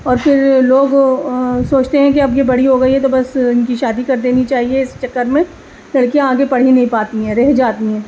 اور پھر لوگ سوچتے ہیں کہ اب یہ بڑی ہو گئی ہے تو بس ان کی شادی کر دینی چاہیے اس چکر میں لڑکیاں آگے پڑھ ہی نہیں پاتی ہیں رہ جاتی ہیں